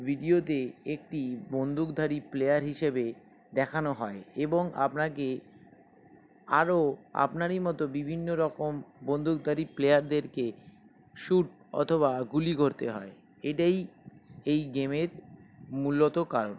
ভিডিওতে একটি বন্দুকধারী প্লেয়ার হিসেবে দেখানো হয় এবং আপনাকে আরও আপনারই মতো বিভিন্ন রকম বন্দুকধারী প্লেয়ারদেরকে শ্যুট অথবা গুলি করতে হয় এটাই এই গেমের মূলত কারণ